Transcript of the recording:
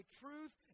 truth